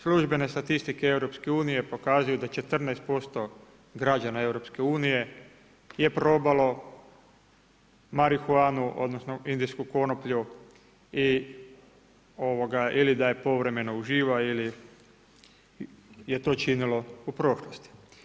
Službene statistike EU pokazuju da 14% građana EU je probalo marihuanu, odnosno indijsku konoplju ili da je povremeno uživa ili je to činilo u prošlosti.